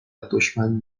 دشمن